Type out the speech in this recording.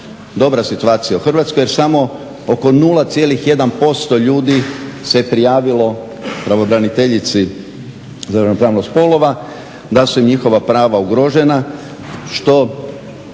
dobra situacija u Hrvatskoj, jer samo oko 0,1% ljudi se prijavilo pravobraniteljici za ravnopravnost spolova da su njihova prava ugrožena